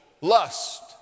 lust